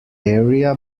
area